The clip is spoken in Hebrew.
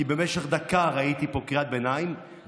כי במשך דקה ראיתי פה קריאת ביניים,